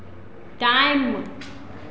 time